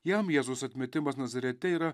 jam jėzaus atmetimas nazarete yra